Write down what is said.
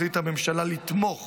החליטה הממשלה לתמוך